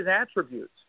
attributes